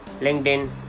LinkedIn